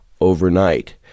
overnight